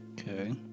Okay